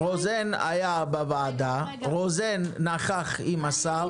רוזן היה בוועדה ביחד עם השר,